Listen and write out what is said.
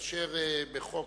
כאשר בחוק,